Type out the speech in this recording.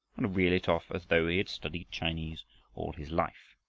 and reel it off as though he had studied chinese all his life.